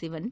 ಶಿವನ್